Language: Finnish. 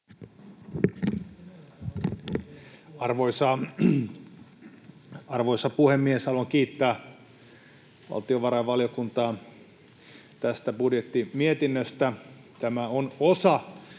Arvoisa puhemies! Haluan kiittää valtiovarainvaliokuntaa tästä budjettimietinnöstä. Tämä on osa